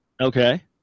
Okay